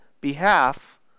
behalf